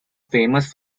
famous